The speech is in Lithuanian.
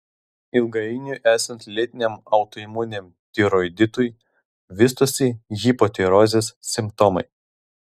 ilgainiui esant lėtiniam autoimuniniam tiroiditui vystosi hipotirozės simptomai